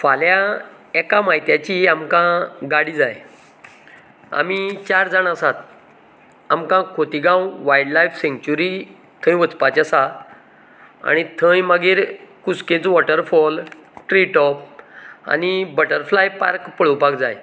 फाल्यां एका मायत्याचीं आमकां गाडी जाय आमी चार जाण आसात आमकां खोतिगांव वायल्ड लायफ सेन्च्युरी थंय वचपाचे आसा आनी थंय मागीर कुस्केचो वॉटरफॉल ट्री टॉप आनी बटरफ्लाय पार्क पळोवपाक जाय